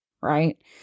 Right